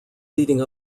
leading